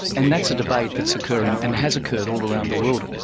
and that's a debate that's occurring and has occurred all around the world.